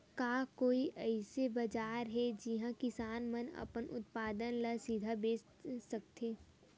का कोई अइसे बाजार हे जिहां किसान मन अपन उत्पादन ला सीधा बेच सकथे?